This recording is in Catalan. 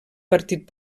partit